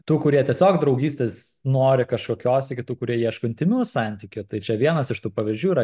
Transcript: tų kurie tiesiog draugystės nori kažkokios iki tų kurie ieško intymių santykių tai čia vienas iš tų pavyzdžių yra